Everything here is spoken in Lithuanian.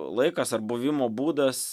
laikas ar buvimo būdas